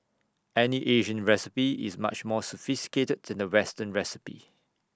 any Asian recipe is much more sophisticated to the western recipe